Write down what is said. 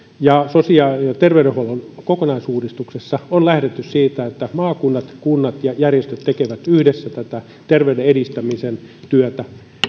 ja sosiaali ja terveydenhuollon kokonaisuudistuksessa on lähdetty siitä että maakunnat kunnat ja järjestöt tekevät yhdessä tätä terveyden edistämisen työtä